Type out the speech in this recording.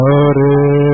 Hare